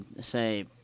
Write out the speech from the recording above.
say